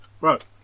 Right